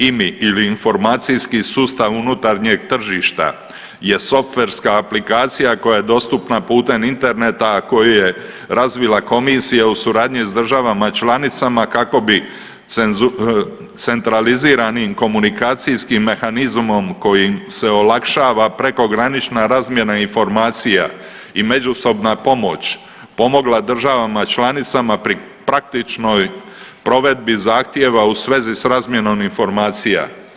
IMI ili informacijski sustav unutarnjeg tržišta je softverska aplikacija koja je dostupna putem interneta a koju je razvila komisija u suradnji sa državama članicama kako bi centraliziranim komunikacijskim mehanizmom kojim se olakšava prekogranična razmjena informacija i međusobna pomoć pomogla državama članicama pri praktičnoj provedbi zahtjeva u svezi sa razmjenom informacija.